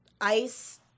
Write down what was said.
Ice